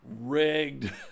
rigged